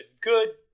good